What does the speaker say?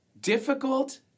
Difficult